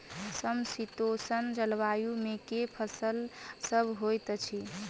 समशीतोष्ण जलवायु मे केँ फसल सब होइत अछि?